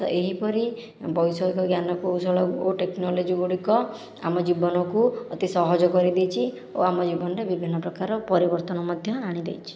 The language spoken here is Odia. ତ ଏହିପରି ବୈଷୟିକ ଜ୍ଞାନକୌଶଳ ଓ ଟେକ୍ନୋଲୋଜି ଗୁଡ଼ିକ ଆମ ଜୀବନକୁ ଅତି ସହଜ କରିଦେଇଛି ଓ ଆମ ଜୀବନରେ ବିଭିନ୍ନ ପ୍ରକାର ପରିବର୍ତ୍ତନ ମଧ୍ୟ ଆଣିଦେଇଛି